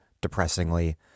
depressingly